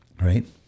Right